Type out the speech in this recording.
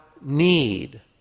need